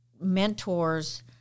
mentors